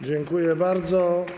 Dziękuję bardzo.